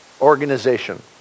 organization